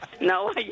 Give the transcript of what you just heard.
No